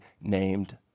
named